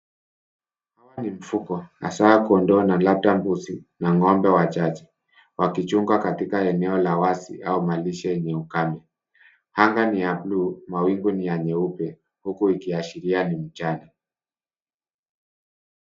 Huu ni mfugo hasa kondoo na labda mbuzi, na ng'ombe wachache wakichungwa katika eneo la wazi au malisho yenye ukame. Anga ni ya bluu, mawingu ni ya nyeupe huku ikiashiria ni mchana.